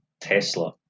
Tesla